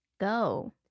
Go